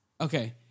Okay